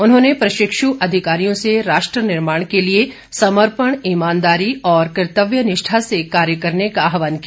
उन्होंने प्रशिक्षु अधिकारियों से राष्ट्र निर्माण के लिए समर्पण ईमानदारी और कर्तव्य निष्ठा से कार्य करने का आहवान किया